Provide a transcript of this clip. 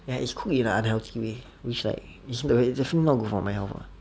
ya it's cooked in a unhealthy way it's like you see the way the food is not good for my health